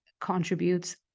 contributes